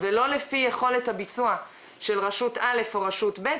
ולא לפי יכולת הביצוע של רשות א' או רשות ב'.